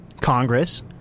Congress